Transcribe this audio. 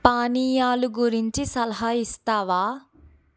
పానీయాలు గురించి సలహా ఇస్తావా